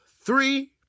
three